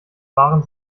waren